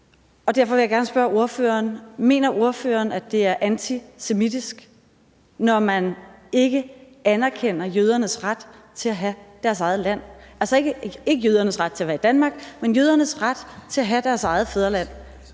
og derfor vil jeg gerne stille ordføreren et spørgsmål: Mener ordføreren, at det er antisemitisk, når man ikke anerkender jødernes ret til at have deres eget land – altså, ikke jødernes ret til at være i Danmark, men jødernes ret til at have deres eget fædreland?